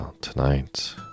tonight